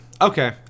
Okay